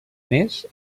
més